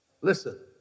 Listen